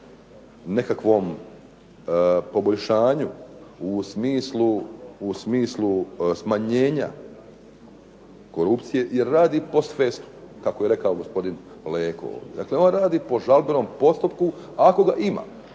nekakvom poboljšanju u smislu smanjenja korupcije jer radi post festum kako je rekao gospodin Leko. Dakle, on radi po žalbenom postupku ako ga ima,